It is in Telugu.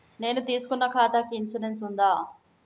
నేను తీసుకున్న ఖాతాకి ఇన్సూరెన్స్ ఉందా?